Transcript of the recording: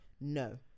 no